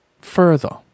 further